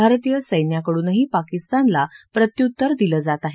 भारतीय सैन्याकडूनही पाकिस्तानला प्रत्युत्तर दिलं जात आहे